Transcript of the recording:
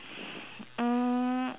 um